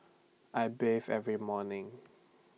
I bathe every morning